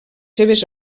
seves